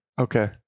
Okay